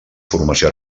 formació